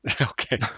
Okay